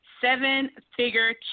seven-figure